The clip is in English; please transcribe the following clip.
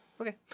Okay